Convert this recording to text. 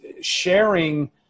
sharing